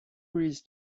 reads